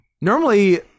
normally